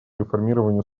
реформированию